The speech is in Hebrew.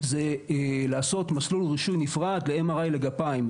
זה לעשות מסלול רישוי נפרד ל-MRI לגפיים.